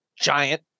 giant